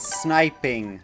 sniping